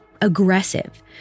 aggressive